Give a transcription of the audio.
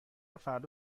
فردا